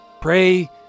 pray